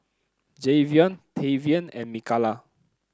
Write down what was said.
Javion Tavian and Mikalah